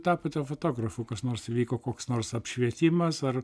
tapote fotografu kas nors vyko koks nors apšvietimas ar